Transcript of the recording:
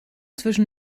zwischen